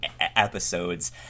episodes